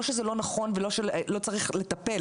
לא שזה לא נכון ולא צריך לטפל,